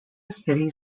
city